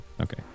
Okay